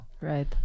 Right